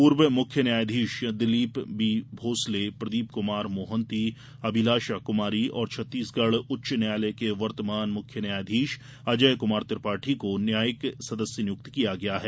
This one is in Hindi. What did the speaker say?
पूर्व मुख्य न्यायाधीश दिलीप बी भोसले प्रदीप कमार मोहंती अभिलाषा कमारी और छत्तीसगढ़ उच्च न्यायालय के वर्तमान मुख्य न्यायाधीश अजय कुमार त्रिपाठी को न्यायिक सदस्य नियुक्त किया गया है